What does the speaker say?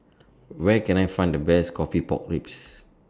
Where Can I Find The Best Coffee Pork Ribs